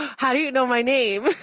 how do you know my name?